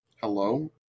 Hello